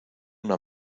una